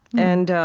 and